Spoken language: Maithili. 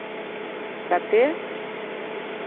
कतेक